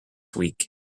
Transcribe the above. week